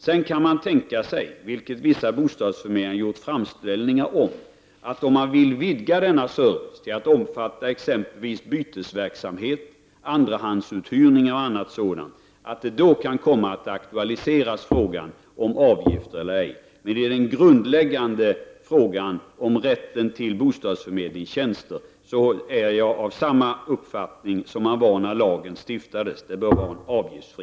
Sedan kan man tänka sig, vilket vissa bostadsförmedlingar har gjort framställningar om, att om servicen vidgas till att omfatta t.ex. bytesverksamhet, andrahandsuthyrning och annat sådant, frågan om avgift kan komma att aktualiseras. När det gäller den grundläggande frågan om rätten till bostadsförmedlingstjänster har jag samma uppfattning som man hade när lagen stiftades: förmedlingen bör vara avgiftsfri.